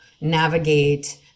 navigate